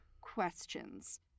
questions